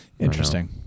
interesting